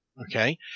Okay